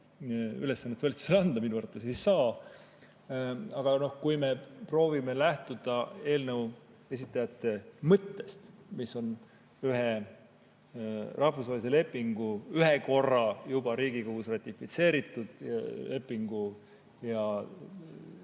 ülesannet valitsusele anda. Minu arvates ei saa. Aga proovime lähtuda eelnõu esitajate mõttest, mis on ühe rahvusvahelise lepingu, ühe korra juba Riigikogus ratifitseeritud lepingu ja